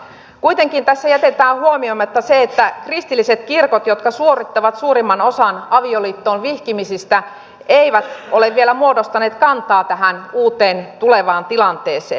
kuitenkin tässä jätetään huomioimatta se että kristilliset kirkot jotka suorittavat suurimman osan avioliittoon vihkimisistä eivät ole vielä muodostaneet kantaa tähän uuteen tulevaan tilanteeseen